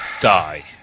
Die